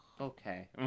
okay